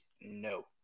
no